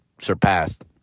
surpassed